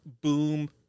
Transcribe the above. boom